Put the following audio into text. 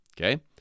Okay